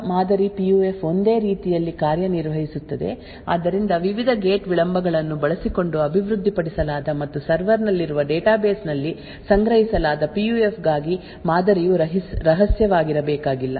ಆದ್ದರಿಂದ ಈ ಸಾರ್ವಜನಿಕ ಮಾದರಿ ಪಿಯುಎಫ್ ಒಂದೇ ರೀತಿಯಲ್ಲಿ ಕಾರ್ಯನಿರ್ವಹಿಸುತ್ತದೆ ಆದ್ದರಿಂದ ವಿವಿಧ ಗೇಟ್ ವಿಳಂಬಗಳನ್ನು ಬಳಸಿಕೊಂಡು ಅಭಿವೃದ್ಧಿಪಡಿಸಲಾದ ಮತ್ತು ಸರ್ವರ್ ನಲ್ಲಿರುವ ಡೇಟಾಬೇಸ್ ನಲ್ಲಿ ಸಂಗ್ರಹಿಸಲಾದ ಪಿಯುಎಫ್ ಗಾಗಿ ಮಾದರಿಯು ರಹಸ್ಯವಾಗಿರಬೇಕಾಗಿಲ್ಲ